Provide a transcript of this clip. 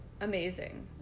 amazing